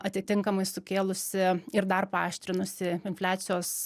atitinkamai sukėlusi ir dar paaštrinusi infliacijos